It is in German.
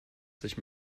sich